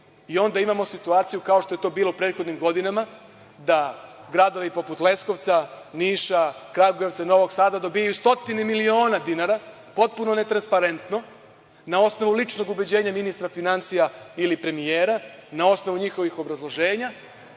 i onda imamo situaciju, kao što je to bilo prethodnih godina, da gradovi poput Leskovca, Niša, Kragujevca, Novog Sada dobijaju stotine miliona dinara, potpuno netransparentno, na osnovu ličnog ubeđenja ministra finansija ili premijera, na osnovu njihovih obrazloženja